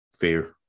Fair